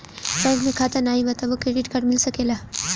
Bank में खाता नाही बा तबो क्रेडिट कार्ड मिल सकेला?